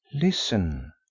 listen